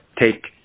take